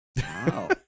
Wow